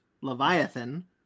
Leviathan